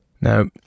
Now